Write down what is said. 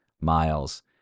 miles